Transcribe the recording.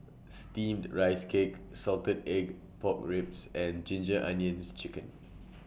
Steamed Rice Cake Salted Egg Pork Ribs and Ginger Onions Chicken